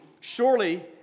Surely